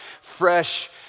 fresh